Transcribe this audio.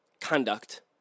conduct